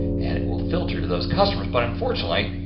and it will filter to those customers. but unfortunately,